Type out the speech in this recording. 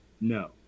No